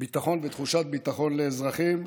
ביטחון ותחושת ביטחון לאזרחים.